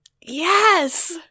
Yes